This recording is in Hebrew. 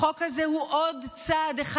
החוק הזה הוא עוד צעד אחד,